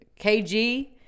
KG